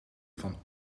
van